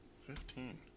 Fifteen